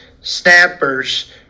snappers